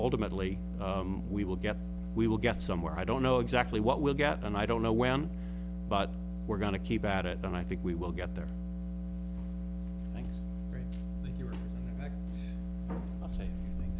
ultimately we will get we will get somewhere i don't know exactly what we'll get and i don't know when but we're going to keep at it and i think we will get there and you're saying